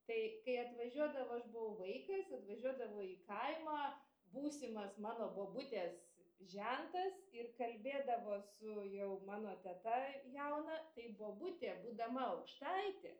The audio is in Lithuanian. tai kai atvažiuodavo aš buvau vaikas atvažiuodavo į kaimą būsimas mano bobutės žentas ir kalbėdavo su jau mano teta jauna tai bobutė būdama aukštaitė